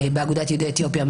באגודת יהודי אתיופיה,